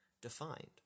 defined